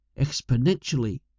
exponentially